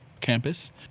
campus